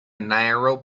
narrow